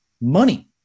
money